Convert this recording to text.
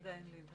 כרגע אין לי.